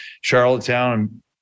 Charlottetown